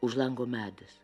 už lango medis